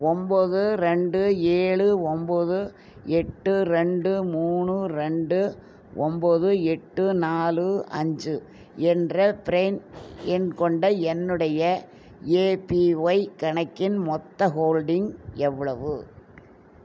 ஒம்பது ரெண்டு ஏழு ஒம்பது எட்டு ரெண்டு மூணு ரெண்டு ஒம்பது எட்டு நாலு அஞ்சு என்ற ப்ரெயின் எண் கொண்ட என்னுடைய ஏபிஒய் கணக்கின் மொத்த ஹோல்டிங் எவ்வளவு